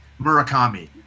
Murakami